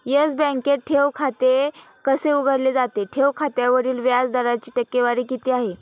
Yes बँकेत ठेव खाते कसे उघडले जाते? ठेव खात्यावरील व्याज दराची टक्केवारी किती आहे?